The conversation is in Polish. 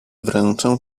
wręczę